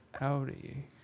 Audi